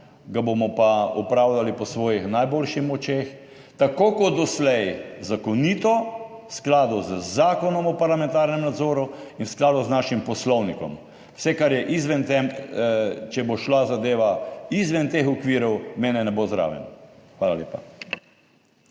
ga bomo pa opravljali po svojih najboljših močeh tako, kot doslej, zakonito, v skladu z Zakonom o parlamentarnem nadzoru in v skladu z našim poslovnikom. Če bo šla zadeva izven teh okvirov, mene ne bo zraven. Hvala lepa.